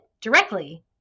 directly